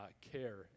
care